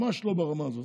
ממש לא ברמה הזאת.